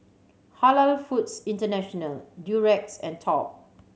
Halal Foods International Durex and Top